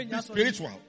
Spiritual